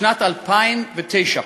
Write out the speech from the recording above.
בשנת 2009,